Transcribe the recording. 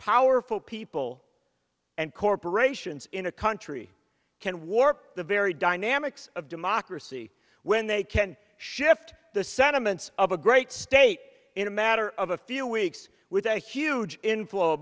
powerful people and corporations in a country can warp the very dynamics of democracy when they can shift the sentiments of a great state in a matter of a few weeks with a huge in